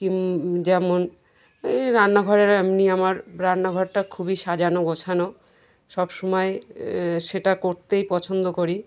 যেমন এই রান্নাঘরের এমনি আমার রান্নাঘরটা খুবই সাজানো গোছানো সব সময় সেটা করতেই পছন্দ করি